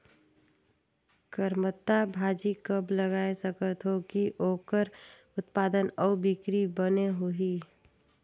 करमत्ता भाजी कब लगाय सकत हो कि ओकर उत्पादन अउ बिक्री बने होही?